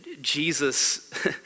Jesus